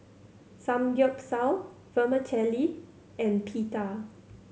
Samgeyopsal Vermicelli and Pita